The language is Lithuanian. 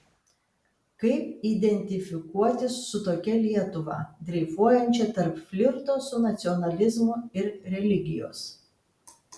kaip identifikuotis su tokia lietuva dreifuojančia tarp flirto su nacionalizmu ir religijos